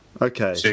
Okay